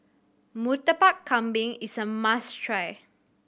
Murtabak Kambing is a must try